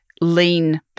lean